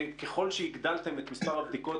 ככל שהגדלתם את מספר הבדיקות,